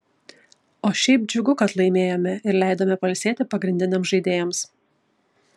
o šiaip džiugu kad laimėjome ir leidome pailsėti pagrindiniams žaidėjams